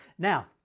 Now